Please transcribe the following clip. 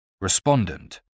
respondent